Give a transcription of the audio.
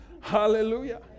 Hallelujah